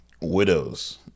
Widows